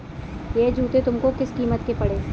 यह जूते तुमको किस कीमत के पड़े?